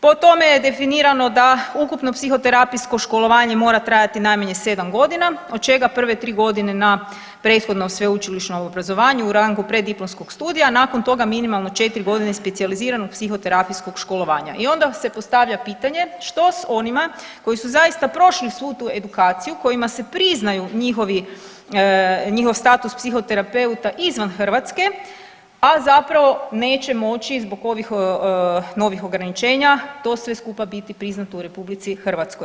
Po tome je definirano da ukupno psihoterapijsko školovanje mora trajati najmanje 7.g. od čega prve 3.g. na prethodnom sveučilišnom obrazovanju u rangu preddiplomskog studija, a nakon toga minimalno 4.g. specijaliziranog psihoterapijskog školovanja i onda se postavlja pitanje što s onima koji su zaista prošli svu tu edukaciju kojima se priznaju njihov status psihoterapeuta izvan Hrvatske, a zapravo neće moći zbog ovih novih ograničenja to sve skupa biti priznato u RH.